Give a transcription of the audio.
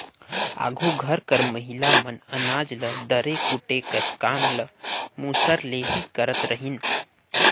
आघु घर कर महिला मन अनाज ल दरे कूटे कर काम ल मूसर ले ही करत रहिन